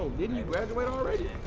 ah didn't you graduate already?